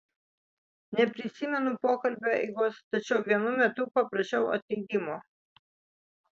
neprisimenu pokalbio eigos tačiau vienu metu paprašiau atleidimo